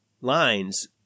lines